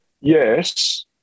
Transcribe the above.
Yes